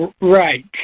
right